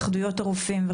התאחדויות הרופאים,